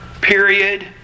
period